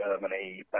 Germany